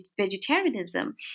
vegetarianism